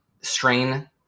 strain